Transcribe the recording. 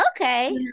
Okay